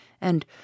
and